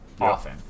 often